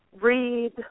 read